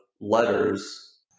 letters